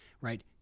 right